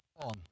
on